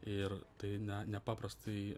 ir tai nepaprastai